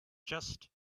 just